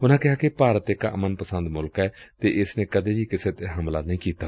ਉਨੂਾ ਕਿਹਾ ਕਿ ਭਾਰਤ ਇਕ ਅਮਨ ਪਸੰਦ ਮੁਲਕ ਏ ਅਤੇ ਇਸ ਨੇ ਕਦੇ ਵੀ ਕਿਸੇ ਤੇ ਹਮਲਾ ਨਹੀਂ ਕੀਤਾ